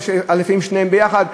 לפעמים שניהם ביחד,